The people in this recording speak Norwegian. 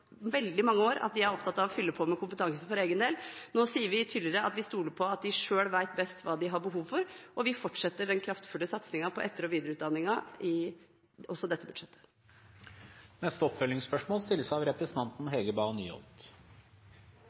veldig mange år at de er opptatt av å fylle på med kompetanse for egen del. Nå sier vi tydeligere at vi stoler på at de selv vet best hva de har behov for, og vi fortsetter den kraftfulle satsingen på etter- og videreutdanningen, også i dette budsjettet. Hege Bae Nyholt – til oppfølgingsspørsmål.